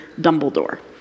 Dumbledore